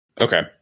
Okay